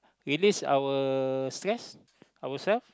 release our stress ourself